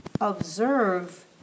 observe